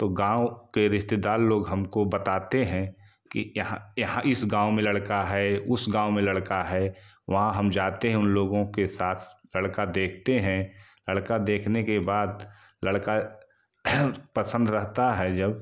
तो गाँव के रिश्तेदार लोग हमको बताते हैं कि यहाँ यहाँ इस गाँव में लड़का है उस गाँव में लड़का है वहाँ हम जाते हैं उन लोगों के साथ लड़का देखते हैं लड़का देखने के बाद लड़का पसंद रहता है जब